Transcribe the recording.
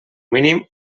mínim